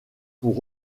pour